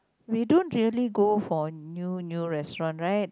we don't really go for new new restaurant right